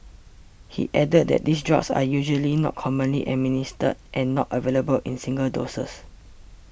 he added that these drugs are usually not commonly administered and not available in single doses